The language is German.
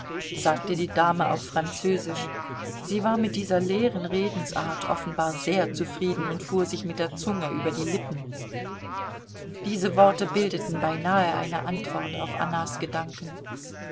sagte die dame auf französisch sie war mit dieser leeren redensart offenbar sehr zufrieden und fuhr sich mit der zunge über die lippen diese worte bildeten beinahe eine antwort auf annas gedanken